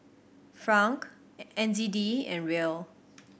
Franc N Z D and Riel